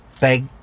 big